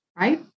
right